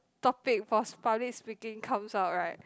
topic for public speaking comes out right